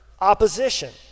opposition